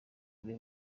kure